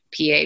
PA